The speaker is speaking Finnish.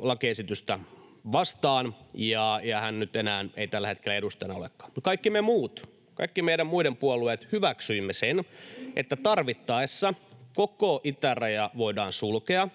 lakiesitystä vastaan, ja hän nyt ei enää tällä hetkellä edustajana olekaan. Mutta kaikki me muut — kaikki meidän muut puolueet hyväksyivät — hyväksyimme sen, että tarvittaessa koko itäraja voidaan sulkea